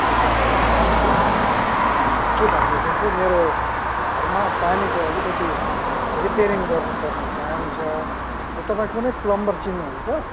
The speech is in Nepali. एकजनाबाट पाएँ कि के भनेदेखि चाहिँ मेरो घरमा पानीको अलिकति रिपेयरिङ गर्नु पर्ने काम छ तपाईँ कुनै प्लम्बर चिन्नुहुन्छ